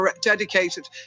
dedicated